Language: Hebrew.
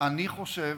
אני חושב